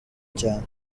cyane